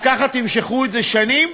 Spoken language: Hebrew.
אז ככה תמשכו את זה שנים?